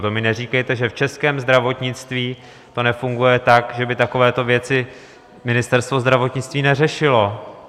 To mi neříkejte, že v českém zdravotnictví to nefunguje tak, že by takovéto věci Ministerstvo zdravotnictví neřešilo.